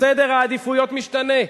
סדר העדיפויות משתנה.